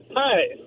Hi